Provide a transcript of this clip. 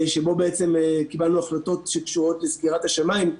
משבר שבו בעצם קיבלנו החלטות שקשורות לסגירת השמיים.